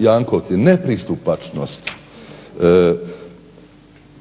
Jankovici, nepristupačnost,